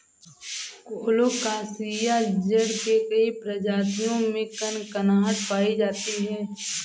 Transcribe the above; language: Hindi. कोलोकासिआ जड़ के कई प्रजातियों में कनकनाहट पायी जाती है